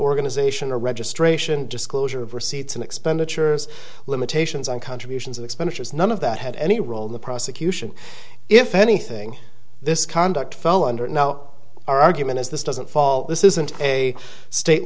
organization or registration disclosure of receipts and expenditures limitations on contributions of expenditures none of that had any role in the prosecution if anything this conduct fell under now our argument is this doesn't fall this isn't a state